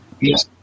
yes